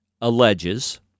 alleges